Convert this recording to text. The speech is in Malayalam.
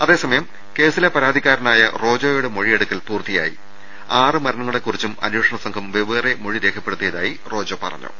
അതേസമയം കേസിലെ പരാതിക്കാരനായ റോജോയുടെ മൊഴിയെടുക്കൽ പൂർത്തിയായി ആറ് കുറിച്ചും അന്വേഷണ മരണങ്ങളെ സംഘം വെവ്വേറെ മൊഴിരേഖപ്പെടുത്തിയതായി റോജോ പറഞ്ഞു